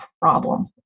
problem